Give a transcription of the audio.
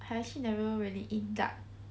I also never really eat duck